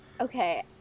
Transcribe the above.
Okay